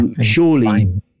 surely